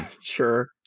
sure